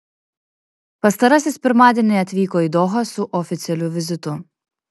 pastarasis pirmadienį atvyko į dohą su oficialiu vizitu